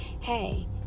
hey